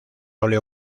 óleo